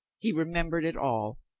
he remembered it all.